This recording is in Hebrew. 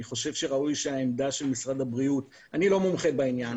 אני חושב שראוי שהעמדה של משרד הבריאות אני לא מומחה בעניין,